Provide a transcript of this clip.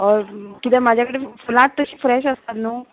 हय किद्या म्हाजे कडेन फुलांत तशी फ्रेश आसतात न्हू